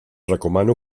recomano